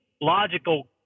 logical